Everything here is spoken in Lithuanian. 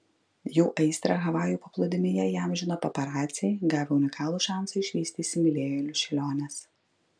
jų aistrą havajų paplūdimyje įamžino paparaciai gavę unikalų šansą išvysti įsimylėjėlių šėliones